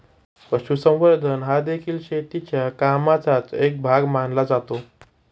पशुसंवर्धन हादेखील शेतीच्या कामाचाच एक भाग मानला जातो